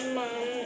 mom